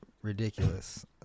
ridiculous